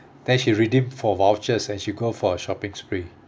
then she redeem for vouchers and she go for a shopping spree